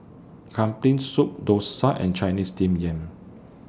Kambing Soup Dosa and Chinese Steamed Yam